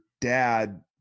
dad